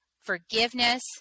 forgiveness